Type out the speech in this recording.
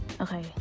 Okay